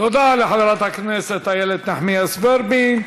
תודה לחברת הכנסת איילת נחמיאס ורבין.